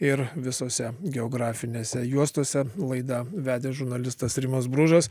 ir visose geografinėse juostose laidą vedė žurnalistas rimas bružas